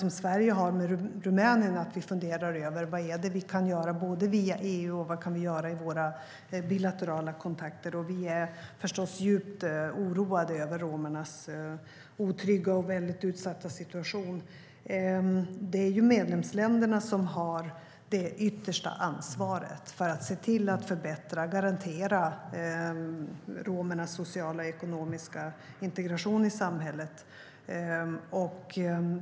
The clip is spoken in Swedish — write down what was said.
Det är väldigt viktigt att vi funderar över vad vi kan göra, både via EU och i våra bilaterala kontakter med Rumänien. Vi är förstås djupt oroade över romernas otrygga och väldigt utsatta situation. Det är medlemsländerna som har det yttersta ansvaret för att se till att förbättra och garantera romernas sociala och ekonomiska integration i samhället.